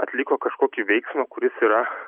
atliko kažkokį veiksmą kuris yra